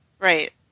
Right